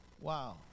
Wow